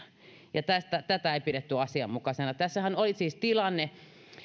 ja tätä ei pidetty asianmukaisena tässähän oli siis tilanne